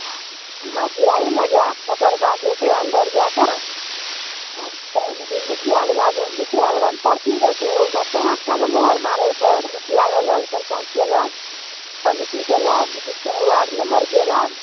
आओर हाँ स्याही लगाओत तकर बाद जे छै अन्दर जाकऽ आओर मुखियावला जे मुखियावला मे पर्ची दै छै ओइमे पाँचटामे मोहर मारय पड़त मुखियाके अलग सरपञ्चके अलग समितिके अलग वार्ड मेम्बरके अलग